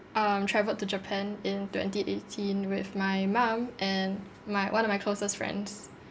um travelled to japan in twenty eighteen with my mum and my one of my closest friends